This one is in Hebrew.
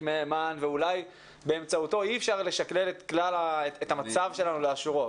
מהימן ואולי באמצעותו אי אפשר לשקלל את המצב שלנו לאשורו,